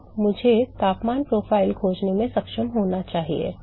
तो मुझे तापमान प्रोफ़ाइल खोजने में सक्षम होना चाहिए